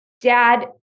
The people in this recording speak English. dad